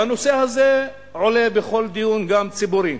והנושא הזה עולה בכל דיון, גם ציבורי.